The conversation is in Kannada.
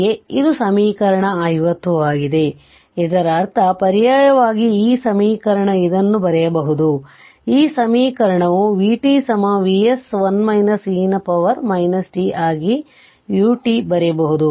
ಆದ್ದರಿಂದ ಇದರರ್ಥ ಪರ್ಯಾಯವಾಗಿ ಈ ಸಮೀಕರಣ ಇದನ್ನು ಬರೆಯಬಹುದು ಈ ಸಮೀಕರಣವು ಅದು vt Vs 1 e ನ ಪವರ್ t ಆಗಿ ut ಬರೆಯಬಹುದು